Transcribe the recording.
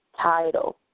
title